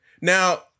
now